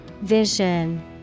Vision